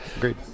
great